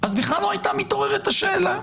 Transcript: אז בכלל לא הייתה מתעוררת השאלה.